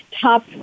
top